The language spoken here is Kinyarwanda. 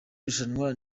rushanwa